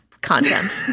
content